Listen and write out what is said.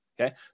Okay